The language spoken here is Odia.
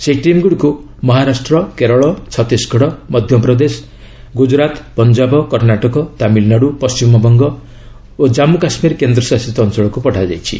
ସେହି ଟିମ୍ଗୁଡ଼ିକୁ ମହାରାଷ୍ଟ୍ର କେରଳ ଛତିଶଗଡ଼ ମଧ୍ୟପ୍ରଦେଶ ଗୁଜରାତ ପଞ୍ଜାବ କର୍ଣ୍ଣାଟକ ତାମିଲନାଡୁ ପଶ୍ଚିମବଙ୍ଗ ଓ ଜାନ୍ଗୁ କାଶ୍ମୀର କେନ୍ଦ୍ରଶାସିତ ଅଞ୍ଚଳକୁ ପଠାଯାଇଛି